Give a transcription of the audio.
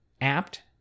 apt